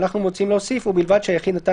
ואנחנו מציעים להוסיף: ובלבד שהיחיד נתן